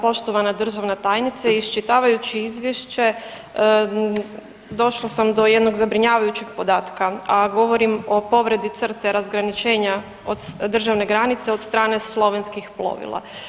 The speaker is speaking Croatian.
Poštovana državna tajnice, iščitavajući izvješće došla sam do jednog zabrinjavajućeg podatka, a govorim o povredi crte razgraničenja državne granice od strane slovenskih plovila.